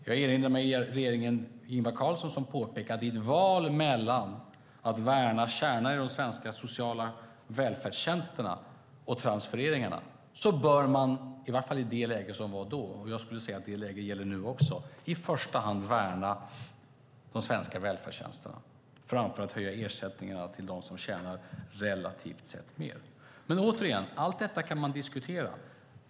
Jag erinrar mig att regeringen Ingvar Carlsson påpekade att i valet mellan att värna kärnan i de svenska sociala välfärdstjänsterna och transfereringarna bör man - i varje fall i det läge som var då, och jag skulle säga att det läget gäller nu också - i första hand värna de svenska välfärdstjänsterna framför att höja ersättningarna till dem som tjänar relativt sett mer. Men återigen: Allt detta kan man diskutera.